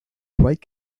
quite